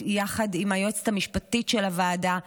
יחד עם היועצת המשפטית של הוועדה.